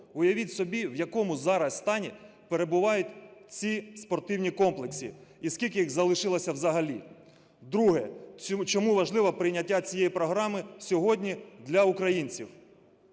Уявіть собі, в якому зараз стані перебувають ці спортивні комплекси і скільки їх залишилося взагалі. Друге: чому важливо прийняття цієї програми сьогодні для українців.